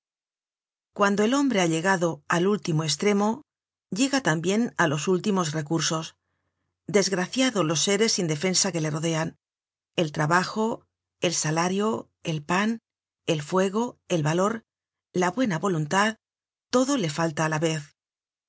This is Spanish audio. cuando el hombre ha llegado al último estremo llega tambien á los últimos recursos desgraciados los seres sin defensa que le rodean el trabajo el salario el pan el fuego el valor la buena voluntad todo le falta á